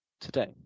today